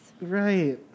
Right